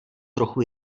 trochu